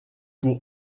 pour